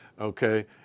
okay